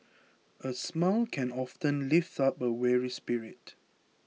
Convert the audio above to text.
a smile can often lift up a weary spirit